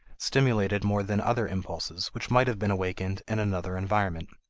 stimulated more than other impulses which might have been awakened in another environment.